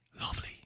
Lovely